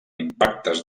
impactes